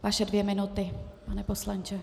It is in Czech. Vaše dvě minuty, pane poslanče.